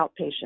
outpatient